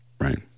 Right